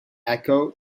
echo